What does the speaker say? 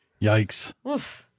yikes